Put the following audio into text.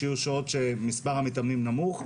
יהיו שעות שמספר המתאמנים יהיה נמוך,